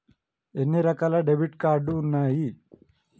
ఎన్ని రకాల debit card ఉన్నాయి?